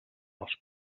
els